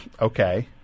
okay